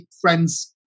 friends